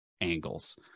angles